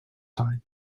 time